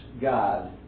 God